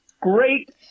great